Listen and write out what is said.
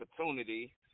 opportunity